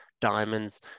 Diamonds